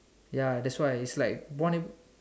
ya that's why is like one able